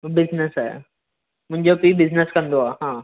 business आहे मुंहिंजो पीउ बिज़नेस कंदो आहे हा